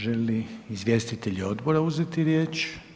Žele li izvjestitelji odbora uzeti riječ?